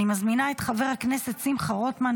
אני מזמינה את חבר הכנסת שמחה רוטמן,